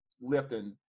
lifting